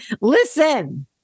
listen